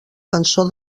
cançó